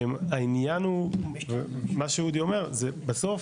העניין הוא, מה שאודי אומר זה בסוף,